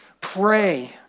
Pray